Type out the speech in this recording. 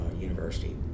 university